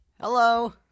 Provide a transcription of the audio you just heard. Hello